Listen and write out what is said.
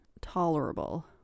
tolerable